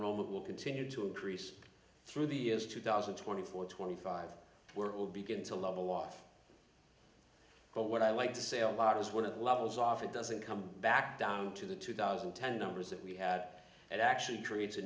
moment will continue to increase through the years two thousand twenty four twenty five we're all begin to level off but what i like to say a lot is one of the levels often doesn't come back down to the two thousand and ten numbers that we had it actually creates a